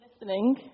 Listening